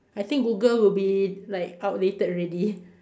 I think Google would be like outdated already